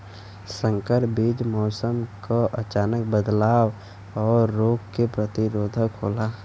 संकर बीज मौसम क अचानक बदलाव और रोग के प्रतिरोधक होला